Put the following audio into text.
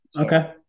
Okay